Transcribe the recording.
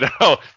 no